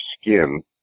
skin